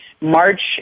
March